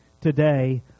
today